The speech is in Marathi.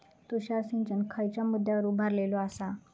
तुषार सिंचन खयच्या मुद्द्यांवर उभारलेलो आसा?